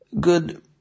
good